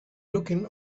looking